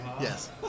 Yes